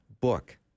book